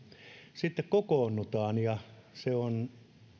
sitten kokoonnutaan se on